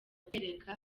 kwereka